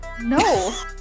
No